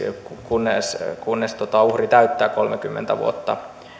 kunnes kunnes uhri täyttää kolmekymmentä vuotta